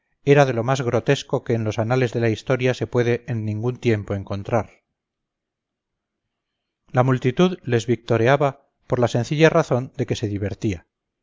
era de lo más grotesco que en los anales de la historia se puede en ningún tiempo encontrar la multitud les victoreaba por la sencilla razón de que se divertía